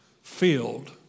filled